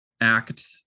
act